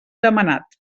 demanat